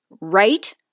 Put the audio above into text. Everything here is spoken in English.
right